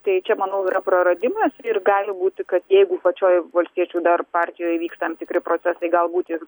tai čia manau yra praradimas ir gali būti kad jeigu pačioj valstiečių dar partijoj vyks tam tikri procesai galbūt ir